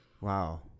wow